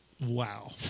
Wow